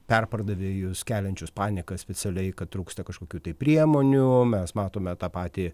perpardavėjus keliančius paniką specialiai kad trūksta kažkokių tai priemonių o mes matome tą patį